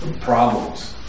problems